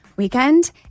Weekend